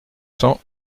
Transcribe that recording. cents